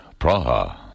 Praha